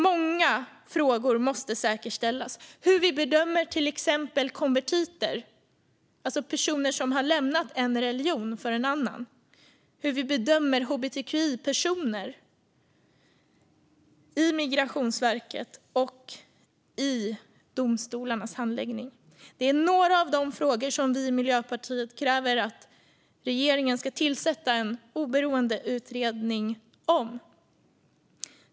Många frågor måste säkerställas, till exempel bedömningen av konvertiter, alltså personer som har lämnat en religion för en annan, och bedömningen av hbtqi-personer i Migrationsverkets och domstolarnas handläggning. Detta är några av de frågor där vi i Miljöpartiet kräver att regeringen ska tillsätta en oberoende utredning.